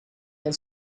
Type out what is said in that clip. and